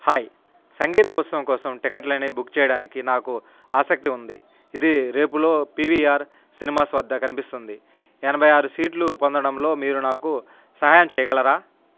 hi సంగీత ఉత్సవం కోసం టిక్కెట్లని బుక్ చెయ్యడానికి నాకు ఆసక్తి ఉంది ఇది రేపుకి పీవీఆర్ సినిమాస్ వద్ద కనిపిస్తుంది ఎనభై ఆరు సీట్లు పొందడంలో మీరు నాకు సహాయం చెయ్యగలరా